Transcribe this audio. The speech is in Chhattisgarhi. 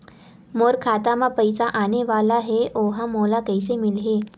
मोर खाता म पईसा आने वाला हे ओहा मोला कइसे मिलही?